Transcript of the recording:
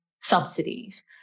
subsidies